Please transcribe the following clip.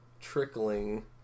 trickling